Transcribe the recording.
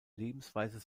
lebensweise